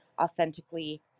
authentically